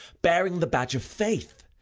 bearing the badge of faith,